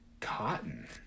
Cotton